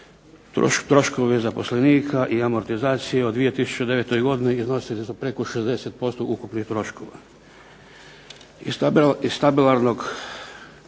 troškovi zaposlenika i amortizacije u 2009. godini iznosili su preko 60% ukupnih troškova. Iz tabelarnog